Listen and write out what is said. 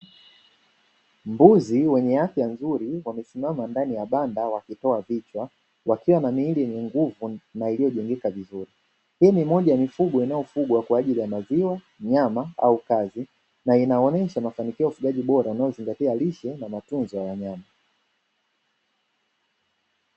Mbuzi wenye afya nzuri wamesimama ndani ya banda na wakitoa vichwa, wakiwa na miili yenye nguvu na iliyojengeka vizuri, hii ni moja ya mifugo inatofugwa kwa ajili ya maziwa, nyama au kazi na inaonyesha mafanikio ya ufugaji bora inayozingatia lishe na matunzo ya wanyama.